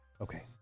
Okay